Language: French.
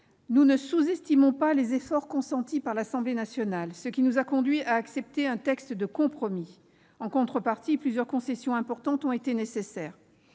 Nous ne sous-estimons pas les efforts consentis par l'Assemblée nationale, ce qui nous a conduits à accepter un texte de compromis. En contrepartie, plusieurs concessions importantes ont été nécessaires.